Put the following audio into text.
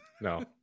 no